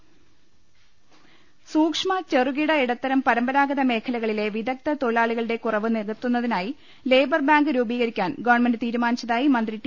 ലലലലലലലലലലലലല സൂക്ഷ്മ ചെറുകിട ഇടത്തരം പരമ്പരാഗത മേഖലകളിലെ വിദഗ്ദ്ധ തൊഴിലാളികളുടെ കുറവ് നിക ത്തു ന്നതിനായി ലേബർ ബാങ്ക് രൂപീക് രിക്കാൻ ഗവൺമെന്റ് തീരു മാനിച്ച തായി മന്ത്രി ടി